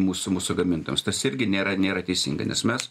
mūsų mūsų gamintojams tas irgi nėra nėra teisinga nes mes